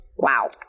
Wow